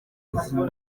mubuzima